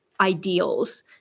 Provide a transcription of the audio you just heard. ideals